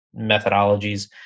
methodologies